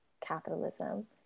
capitalism